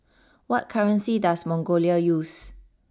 what currency does Mongolia use